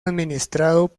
administrado